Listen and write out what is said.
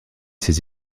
ses